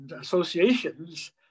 associations